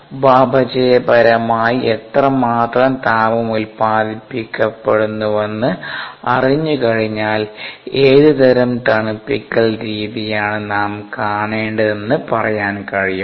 ഉപാപചയപരമായി എത്രമാത്രം താപം ഉൽപാദിപ്പിക്കപ്പെടുന്നുവെന്ന് അറിഞ്ഞുകഴിഞ്ഞാൽ ഏതുതരം തണുപ്പിക്കൽ രീതിയാണ് നാം കാണേണ്ടതെന്ന് പറയാൻ കഴിയും